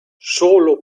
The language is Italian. solo